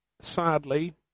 Sadly